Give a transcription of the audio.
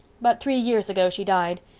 but three years ago she died.